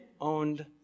owned